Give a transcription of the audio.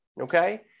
Okay